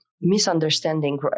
misunderstanding